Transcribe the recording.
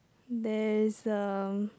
there is a